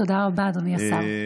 תודה רבה, אדוני השר.